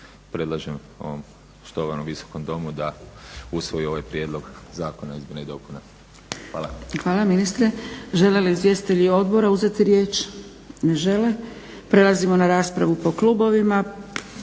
predlažem ovom štovanom Visokom domu da usvoji ovaj prijedlog zakona izmjena i dopuna. Hvala. **Zgrebec, Dragica (SDP)** Hvala ministre. Žele li izvjestitelji odbora uzeti riječ? Ne žele. Prelazimo na raspravu po klubovima.